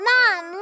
Mom